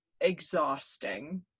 exhausting